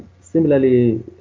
Similarly